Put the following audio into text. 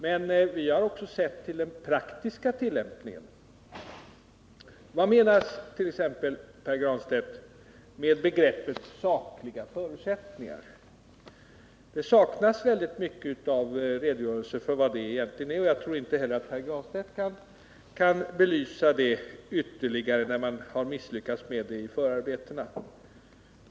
Men vi har också sett till den praktiska tillämpningen. Vad menas t.ex., Pär Granstedt, med begreppet sakliga förutsättningar? Det saknas en redogörelse för vad det egentligen är. Jag tror inte heller att Pär Granstedt kan belysa det ytterligare när man har misslyckats med det i förarbetena.